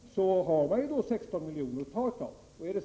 finns det alltså 16 miljoner att ta av.